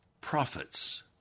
prophets